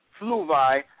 Fluvi